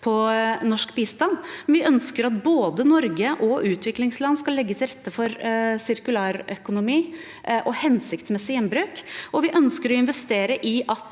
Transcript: på norsk bistand, men vi ønsker at både Norge og utviklingsland skal legge til rette for sirkulærøkonomi og hensiktsmessig gjenbruk. Vi ønsker også å investere i at